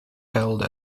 held